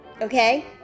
Okay